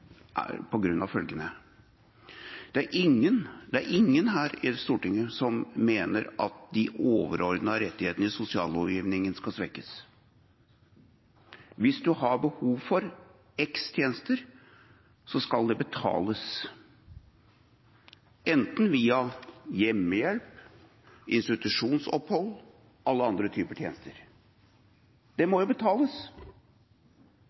av følgende: Det er ingen her i Stortinget som mener at de overordnede rettighetene i sosiallovgivninga skal svekkes. Hvis du har behov for x antall tjenester, skal det betales, enten det er via hjemmehjelp, institusjonsopphold eller alle andre typer tjenester. Det